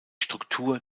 struktur